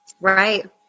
Right